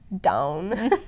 down